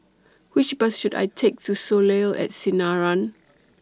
Which Bus should I Take to Soleil At Sinaran